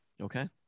Okay